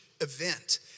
event